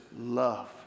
love